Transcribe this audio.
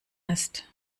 ist